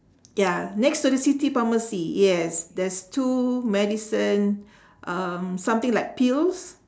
ya next to the city pharmacy yes there's two medicine um something like pills